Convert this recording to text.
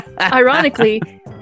Ironically